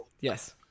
yes